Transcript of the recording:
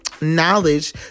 knowledge